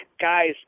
guys